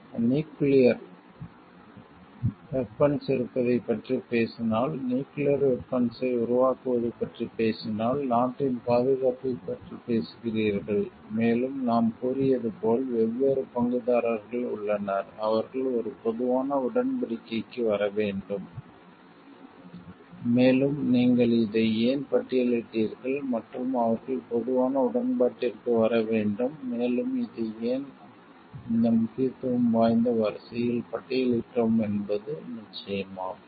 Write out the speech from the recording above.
நீங்கள் nuclear weapons இருப்பதைப் பற்றி பேசினால் நியூக்கிளியர் வெபன்ஸ்ஸை உருவாக்குவது பற்றி பேசினால் நாட்டின் பாதுகாப்பைப் பற்றி பேசுகிறீர்கள் மேலும் நாம் கூறியது போல் வெவ்வேறு பங்குதாரர்கள் உள்ளனர் அவர்கள் ஒரு பொதுவான உடன்படிக்கைக்கு வர வேண்டும் மேலும் நீங்கள் இதை ஏன் பட்டியலிட்டீர்கள் மற்றும் அவர்கள் பொதுவான உடன்பாட்டிற்கு வர வேண்டும் மேலும் இதை ஏன் இந்த முக்கியத்துவம் வாய்ந்த வரிசையில் பட்டியலிட்டோம் என்பது நிச்சயமாகும்